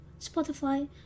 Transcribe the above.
Spotify